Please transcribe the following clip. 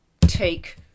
take